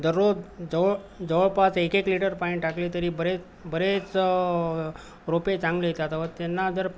दररोज जवळ जवळपास एक एक लीटर पाणी टाकली तरी बरेच बरेच रोपे चांगले येतात त्यांना जर